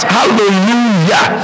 Hallelujah